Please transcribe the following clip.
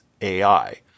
AI